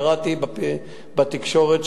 קראתי בתקשורת,